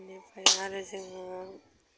बेनिफ्राइ आरो जोङो